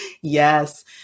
Yes